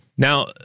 Now